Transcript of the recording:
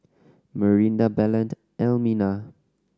Marinda Belen and Elmina